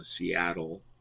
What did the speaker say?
Seattle